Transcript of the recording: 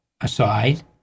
aside